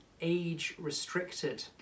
age-restricted